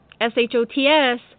S-H-O-T-S